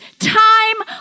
time